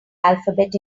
alphabet